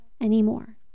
anymore